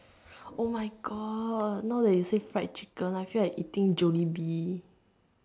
oh my god now that you say fried chicken I feel like eating Jollibee